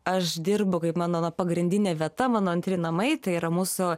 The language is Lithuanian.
aš dirbu kaip mano na pagrindinė vieta mano antri namai tai yra mūsų